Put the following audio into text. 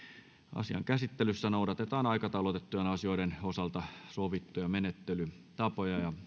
asian käsittelyssä noudatetaan aikataulutettujen asioiden osalta sovittuja menettelytapoja